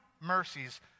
mercies